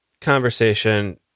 conversation